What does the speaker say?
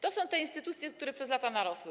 To są te instytucje, które przez lata narosły.